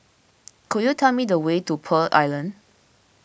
could you tell me the way to Pearl Island